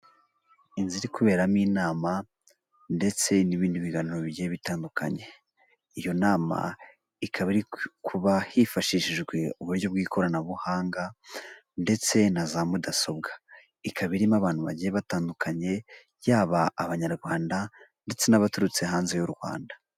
Inzu iri kuberamo inama ndetse n'ibindi biganiro bigiye bitandukanye iyo nama ikaba iri kuba hifashishijwe uburyo bw'ikoranabuhanga ndetse na za mudasobwa ikaba irimo abantu bagiye batandukanye yaba Abanyarwanda ndetse n'abaturutse hanze y'u Rwanda.